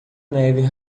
neve